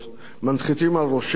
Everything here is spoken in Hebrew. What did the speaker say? מנחיתים על ראשנו,